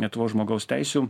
lietuvos žmogaus teisių